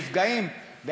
שנפגעים,